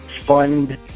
fund